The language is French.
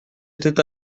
était